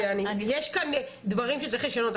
שיש כאן דברים שצריך לשנות.